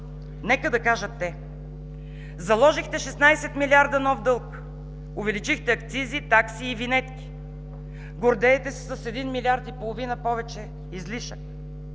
Нека да кажат те! Заложихте 16 милиарда нов дълг, увеличихте акцизи, такси и винетки, гордеете се с един милиард и половина повече излишък.